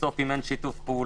בסוף אם אין שיתוף פעולה,